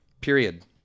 period